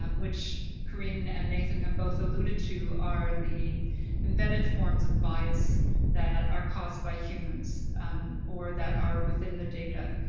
um which corinne and nathan have both alluded to, are the embedded forms of bias that are caused by humans or that are within the data.